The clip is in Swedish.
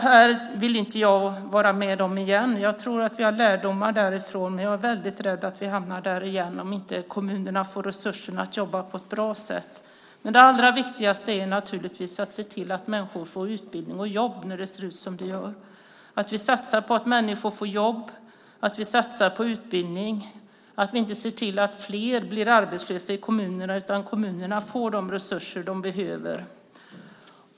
Jag vill inte vara med om det igen. Jag tror att vi kan ta lärdom av det som hände då, men jag är rädd för att vi hamnar där igen om inte kommunerna får resurser för att kunna jobba på ett bra sätt. Det allra viktigaste är naturligtvis att se till att människor får utbildning och jobb när det ser ut som det gör. Det är viktigt att vi satsar på att människor får jobb, att vi satsar på utbildning, att vi ser till att inte fler blir arbetslösa i kommunerna samt att kommunerna får de resurser de behöver.